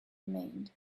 remained